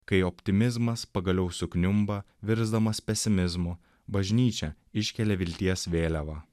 kai optimizmas pagaliau sukniumba virsdamas pesimizmu bažnyčia iškelia vilties vėliavą